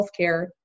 healthcare